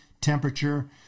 temperature